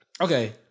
Okay